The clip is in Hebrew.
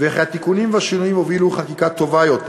וכי התיקונים והשינויים הובילו לחקיקה טובה יותר,